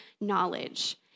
knowledge